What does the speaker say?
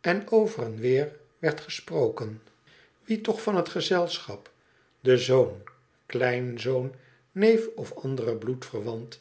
en over en weer werd gesproken wie toch van t gezelschap de zoon kleinzoon neef of andere bloedverwant